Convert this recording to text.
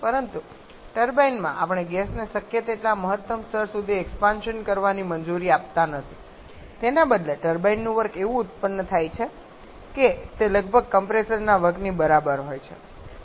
પરંતુ ટર્બાઇનમાં આપણે ગેસને શક્ય તેટલા મહત્તમ સ્તર સુધી એક્સપાન્શન કરવાની મંજૂરી આપતા નથી તેના બદલે ટર્બાઇનનું વર્ક એવું ઉત્પન્ન થાય છે કે તે લગભગ કમ્પ્રેસરના વર્કની બરાબર હોય છે